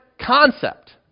concept